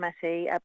Committee